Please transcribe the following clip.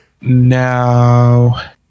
now